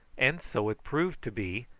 and so it proved to be,